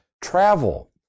travel